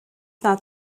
not